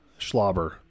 schlobber